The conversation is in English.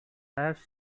lifes